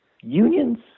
Unions